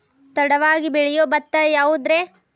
ತಡವಾಗಿ ಬೆಳಿಯೊ ಭತ್ತ ಯಾವುದ್ರೇ?